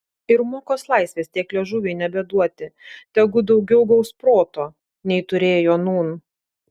ir mokos laisvės tiek liežuviui nebeduoti tegu daugiau gaus proto nei turėjo nūn